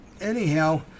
anyhow